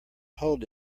hold